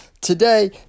today